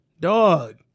Dog